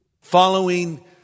Following